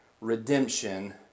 redemption